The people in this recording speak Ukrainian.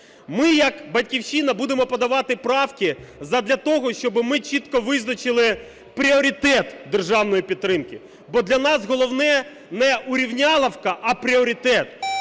Ми як "Батьківщина" будемо подавати правки задля того, щоб ми чітко визначили пріоритет державної підтримки. Бо для нас головне не "урівняловка", а пріоритет,